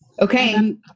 Okay